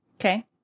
Okay